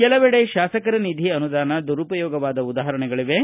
ಕೆಲವಡೆ ಶಾಸಕರ ನಿಧಿ ಅನುದಾನ ದುರುಪಯೋಗವಾದ ಉದಾಪರಣೆಗಳಿವೆ